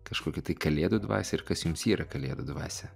kažkokį tai kalėdų dvasią ir kas jums yra kalėdų dvasia